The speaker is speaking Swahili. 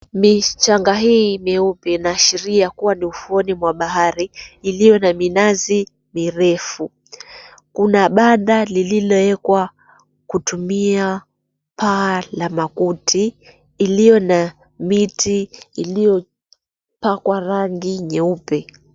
Michanga hii mieupe inaashiria kuwa ni ufuoni mwa bahari ilio na minazi mirefu. Kuna banda lilioekwa kutumia paa la makuti ilio na miti iliopakwa rangi nyeupe.